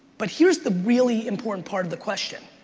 but here's the really important part of the question.